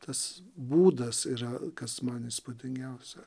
tas būdas yra kas man įspūdingiausia